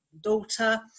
daughter